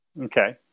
Okay